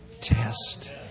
test